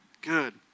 good